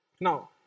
Now